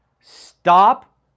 Stop